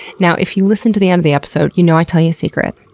now, if you listen to the end of the episode you know i tell you a secret.